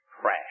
crash